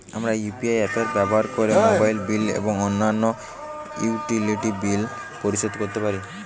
আমরা UPI apps ব্যবহার করে মোবাইল বিল এবং অন্যান্য ইউটিলিটি বিল পরিশোধ করতে পারি